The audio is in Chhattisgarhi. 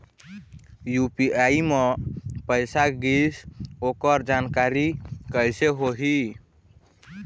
यू.पी.आई म पैसा गिस ओकर जानकारी कइसे होही?